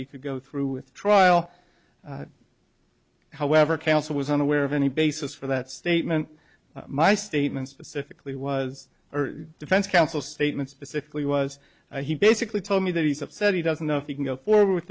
he could go through with trial however counsel was unaware of any basis for that statement my statement specifically was or defense counsel statement specifically was he basically told me that he's upset he doesn't know if he can go forward with